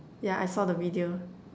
yeah I saw the video